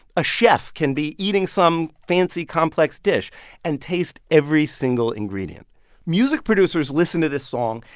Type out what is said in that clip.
a chef can be eating some fancy, complex dish and taste every single ingredient music producers listen to this song,